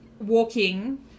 walking